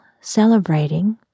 celebrating